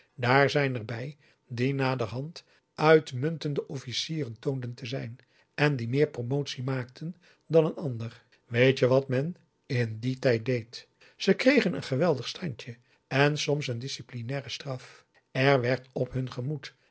daar zijn er bij die naderhand uitmuntende officieren toonden te zijn en die meer promotie maakten dan een ander weet je wat men in dien tijd deed ze kregen een geweldig standje en soms een disciplinaire straf er werd op hun gemoed